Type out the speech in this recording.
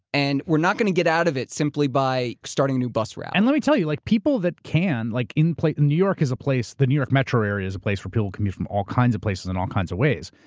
and we're not gonna get out of it simply by starting a new bus route. and let me tell you, like people that can. like, in place. new york is a place, the new york metro area is a place where people commute from all kinds of places in all kinds of ways.